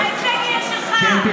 ההישג יהיה שלך.